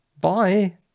Bye